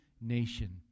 nation